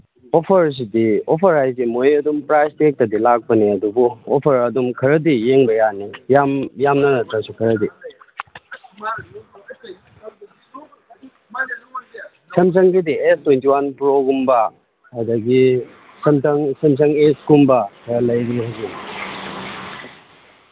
ꯑꯣꯐꯔꯁꯤꯗꯤ offer ꯍꯥꯏꯁꯦ ꯃꯣꯏ ꯑꯗꯨꯝ ꯄ꯭ꯔꯥꯏꯁ ꯇꯦꯛꯇꯗꯤ ꯂꯥꯛꯄꯅꯦ ꯑꯗꯨꯕꯨ ꯑꯣꯐꯔ ꯑꯗꯨꯝ ꯈꯔꯗꯤ ꯌꯦꯡꯕ ꯌꯥꯅꯤ ꯌꯥꯝ ꯌꯥꯝꯅ ꯅꯠꯇ꯭ꯔꯁꯨ ꯈꯔꯗꯤ ꯁꯝꯁꯪꯒꯤꯗꯤ ꯑꯦꯁ ꯇ꯭ꯋꯦꯟꯇꯤ ꯋꯥꯟ ꯄ꯭ꯔꯣꯒꯨꯝꯕ ꯑꯗꯒꯤ ꯁꯦꯝꯁꯪ ꯁꯦꯝꯁꯪ ꯑꯦꯁꯀꯨꯝꯕ ꯑ ꯂꯩꯕꯅꯤ ꯍꯧꯖꯤꯛ